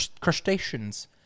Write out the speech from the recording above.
Crustaceans